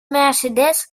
mercedes